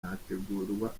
hategurwa